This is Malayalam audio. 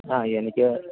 ങാ എനിക്ക്